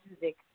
music